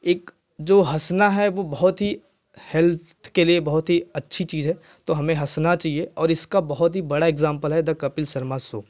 एक जो हँसना है वह बहुत ही हेल्थ के लिए बहुत ही अच्छी चीज़ है तो हमें हँसना चाहिए और इसका बहुत ही बड़ा एग्जांपल है दा कपिल शर्मा शो